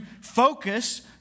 focus